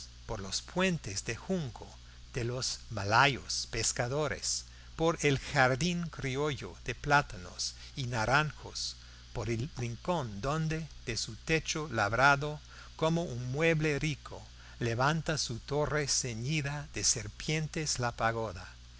por los puentes de junco de los malayos pescadores por el jardín criollo de plátanos y naranjos por el rincón donde de su techo labrado como un mueble rico levanta su torre ceñida de serpientes la pagoda